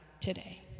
today